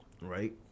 right